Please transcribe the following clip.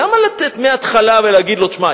למה לתת מהתחלה ולהגיד לו: תשמע,